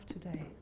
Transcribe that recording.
today